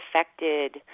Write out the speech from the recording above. affected